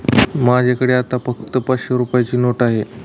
माझ्याकडे आता फक्त पाचशे रुपयांची नोट आहे